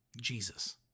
Jesus